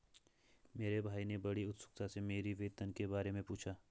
मेरे भाई ने बड़ी उत्सुकता से मेरी वेतन के बारे मे पूछा